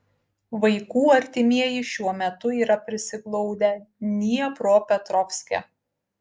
vaikų artimieji šiuo metu yra prisiglaudę dniepropetrovske